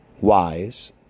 wise